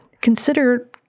consider